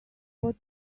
what